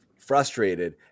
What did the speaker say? frustrated